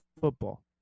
football